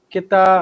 Kita